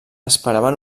esperaven